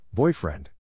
Boyfriend